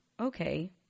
okay